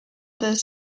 this